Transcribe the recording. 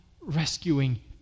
rescuing